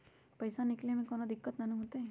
पईसा निकले में कउनो दिक़्क़त नानू न होताई?